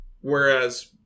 Whereas